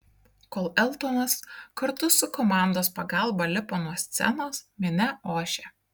kol eltonas kartu su komandos pagalba lipo nuo scenos minia ošė